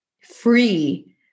free